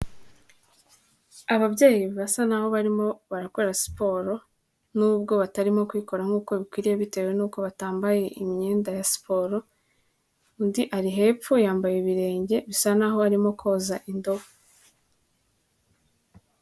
Ababyeyi basa naho barimo barakora siporo nubwo batarimo kuyikora nk'uko bikwiriye bitewe nuko batambaye imyenda ya siporo. Undi ari hepfo yambaye ibirenge bisa naho arimo koza indobo.